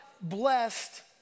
blessed